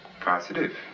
Positive